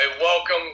welcome